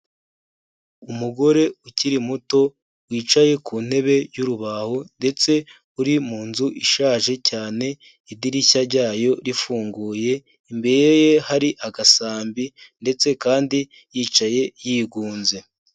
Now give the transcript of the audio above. Umugore ukiri muto wicaye ku ntebe y'urubaho ndetse uri mu nzu ishaje cyane, idirishya ryayo rifunguye, imbere ye hari agasambi ndetse kandi yicaye yigunze.